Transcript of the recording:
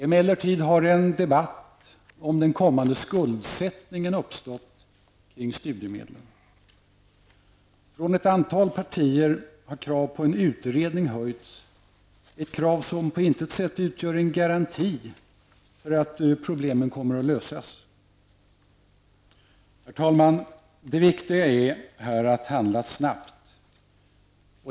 Emellertid har en debatt om den kommande skuldsättningen uppstått vad gäller studiemedlen. Från ett antal partier har krav på en utredning höjts. Men det är inte på något sätt en garanti för att problemen kommer att kunna lösas. Herr talman! Det viktiga här är att handla snabbt.